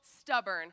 stubborn